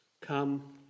Come